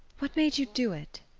what made you do it?